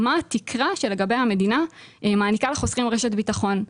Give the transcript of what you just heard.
מה התקרה שלגביה המדינה מעניקה לחוסכים רשת ביטחון.